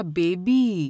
baby